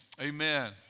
Amen